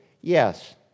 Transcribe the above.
Yes